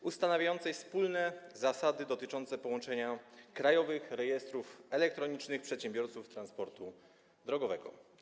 ustanawiającym wspólne zasady dotyczące połączenia krajowych rejestrów elektronicznych przedsiębiorców transportu drogowego.